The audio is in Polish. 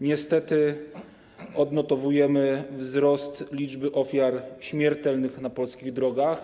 Niestety odnotowujemy wzrost liczby ofiar śmiertelnych na polskich drogach.